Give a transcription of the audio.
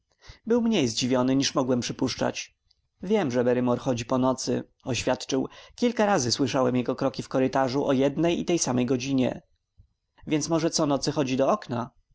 był mniej zdziwiony niż mogłem przypuszczać wiem że barrymore chodzi po nocy oświadczył kilka razy słyszałem jego kroki w korytarzu o jednej i tej samej godzinie więc może co nocy chodzi do okna